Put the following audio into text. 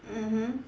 mmhmm